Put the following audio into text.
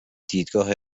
دیدگاه